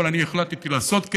אבל אני החלטתי לעשות כן.